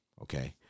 okay